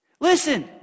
Listen